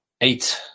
eight